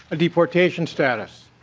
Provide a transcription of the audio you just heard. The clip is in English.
deportation status.